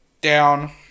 Down